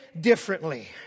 differently